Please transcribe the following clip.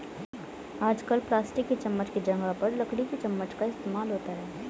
आजकल प्लास्टिक की चमच्च की जगह पर लकड़ी की चमच्च का इस्तेमाल होता है